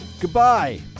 goodbye